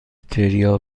تریا